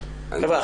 חבר'ה,